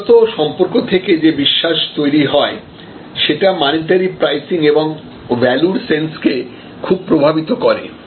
ব্যক্তিগত সম্পর্ক থেকে যে বিশ্বাস তৈরি হয় সেটা মানিটারি প্রাইসিং এবং ভ্যালুর সেন্স কে খুব প্রভাবিত করে